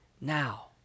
now